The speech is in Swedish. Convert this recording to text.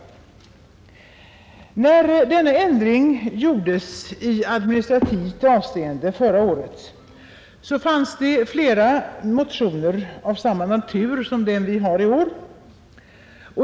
När denna ändring i administrativt avseende gjordes förra året fanns det flera motioner av samma natur som den vi har väckt i år.